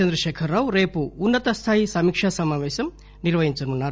చంద్రశేఖర రావు రేపు ఉన్న తస్థాయి సమీక్ష నిర్వహించనున్నారు